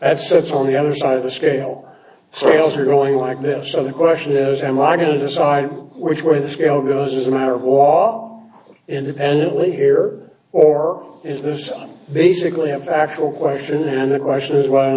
that's on the other side of the scale sales are going like this so the question is how am i going to decide which way the scale goes as a matter of wall independently here or is this basically have actual question and the question is why